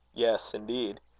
yes, indeed.